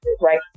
right